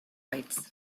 rights